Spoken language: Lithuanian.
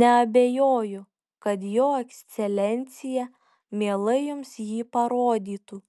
neabejoju kad jo ekscelencija mielai jums jį parodytų